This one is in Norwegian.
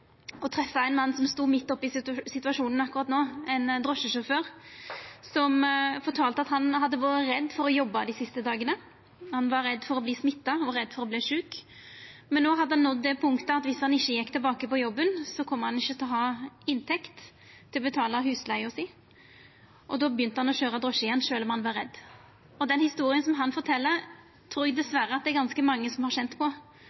treffa ein mann som stod midt oppe i situasjonen akkurat no, ein drosjesjåfør som fortalde at han hadde vore redd for å jobba dei siste dagane. Han var redd for å verta smitta og redd for å verta sjuk. No hadde han nådd det punktet at viss han ikkje gjekk tilbake på jobben, kom han ikkje til å ha inntekt til å betala husleiga si. Då begynte han å køyra drosje igjen, sjølv om han var redd. Den historia han fortel, trur eg dessverre at det er ganske mange som har kjent på